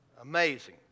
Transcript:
Amazing